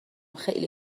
خیلی